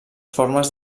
formes